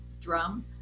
drum